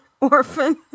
orphan